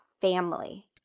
family